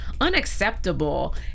unacceptable